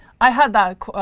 i had that